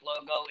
logo